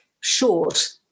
short